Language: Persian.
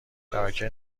شبکه